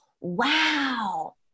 wow